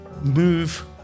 move